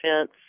fence